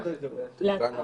14:45. הישיבה